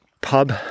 pub